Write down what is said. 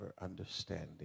understanding